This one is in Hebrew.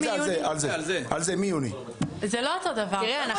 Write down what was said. זה לא אותו דבר.